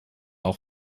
auch